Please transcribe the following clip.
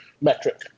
metric